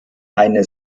eine